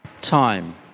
time